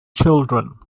children